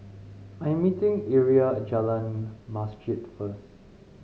I am meeting Aria at Jalan Masjid first